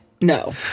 No